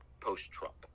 post-Trump